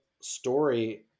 story